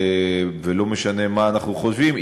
ולא משנה מה אנחנו חושבים,